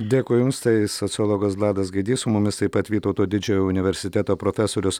dėkui jums tai sociologas vladas gaidys su mumis taip pat vytauto didžiojo universiteto profesorius